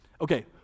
Okay